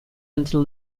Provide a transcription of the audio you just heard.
until